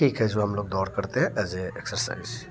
ठीक है जो हम लोग दौड़ करते हैं ऐज़ ए एक्सरसाइज़